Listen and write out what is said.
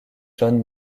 john